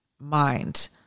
mind